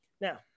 Now